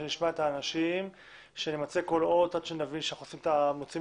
שנשמע את האנשים ונמצה הכול כדי שנבין שאנחנו מוציאים